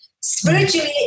Spiritually